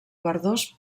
verdós